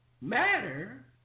Matter